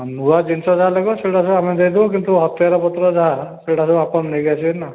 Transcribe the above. ହଁ ନୂଆ ଜିନିଷ ଯାହା ଲାଗିବ ସେସବୁ ଆମେ ଦେବୁ କିନ୍ତୁ ହତିଆର ଫତିଆର ଯାହା ସେସବୁ ଆପଣ ନେଇଆସିବେ ନା